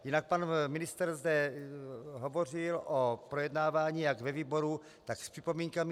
Jinak pan ministr zde hovořil o projednávání jak ve výboru, tak s připomínkami.